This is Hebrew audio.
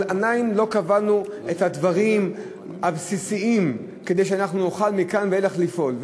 אבל עדיין לא קבענו את הדברים הבסיסיים כדי שנוכל מכאן ואילך לפעול.